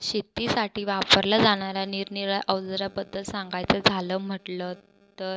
शेतीसाठी वापरल्या जाणाऱ्या निरनि राळ्या अवजराबद्दल सांगायचं झालं म्हटलं तर